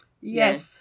Yes